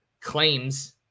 claims